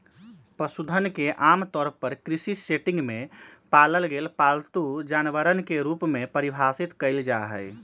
पशुधन के आमतौर पर कृषि सेटिंग में पालल गेल पालतू जानवरवन के रूप में परिभाषित कइल जाहई